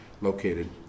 located